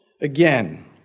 again